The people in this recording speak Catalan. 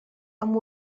amb